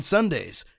Sundays